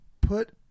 Put